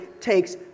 takes